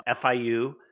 FIU